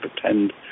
pretend